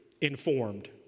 informed